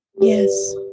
Yes